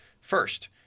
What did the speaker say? first